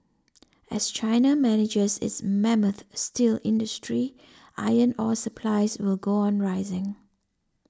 as China manages its mammoth steel industry iron ore supplies will go on rising